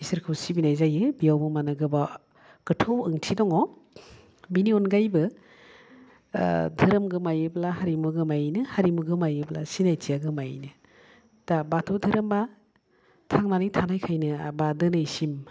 इसोरखौ सिबिनाय जायो बेयावबो माने गोबां गोथौ ओंथि दङ बेनि अनगायैबो दोहोरोम गोमायोब्ला हारिमु गोमायोनो हारिमु गोमायोब्ला सिनायथिया गोमायोनो दा बाथौ दोहोरोमा थांनानै थानायखायनो बा दिनैसिम